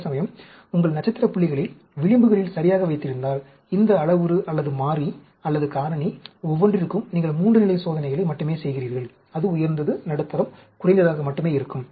அதேசமயம் உங்கள் நட்சத்திர புள்ளிகளை விளிம்புகளில் சரியாக வைத்திருந்தால் இந்த அளவுரு அல்லது மாறி அல்லது காரணி ஒவ்வொன்றிற்கும் நீங்கள் 3 நிலை சோதனைகளை மட்டுமே செய்கிறீர்கள் அது உயர்ந்தது நடுத்தரம் குறைந்ததாக மட்டுமே இருக்கும்